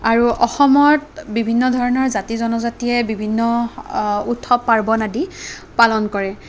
আৰু অসমত বিভিন্ন ধৰণৰ জাতি জনজাতিয়ে বিভিন্ন উৎসৱ পাৰ্বণ আদি পালন কৰে